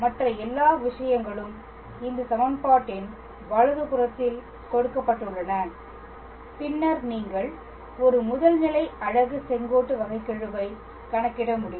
மற்ற எல்லா விஷயங்களும் இந்த சமன்பாட்டின் வலது புறத்தில் கொடுக்கப்பட்டுள்ளன பின்னர் நீங்கள் ஒரு முதல் நிலை அலகு செங்கோட்டு வகைக்கெழுவைக் கணக்கிட முடியும்